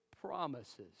promises